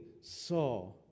saw